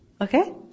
Okay